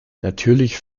natürlich